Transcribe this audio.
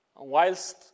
whilst